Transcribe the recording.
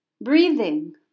Breathing